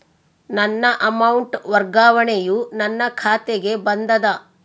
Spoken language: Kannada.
ನನ್ನ ಅಮೌಂಟ್ ವರ್ಗಾವಣೆಯು ನನ್ನ ಖಾತೆಗೆ ಬಂದದ